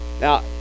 Now